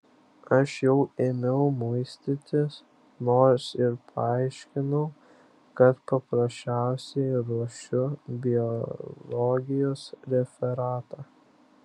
aš jau ėmiau muistytis nors ir paaiškinau kad paprasčiausiai ruošiu biologijos referatą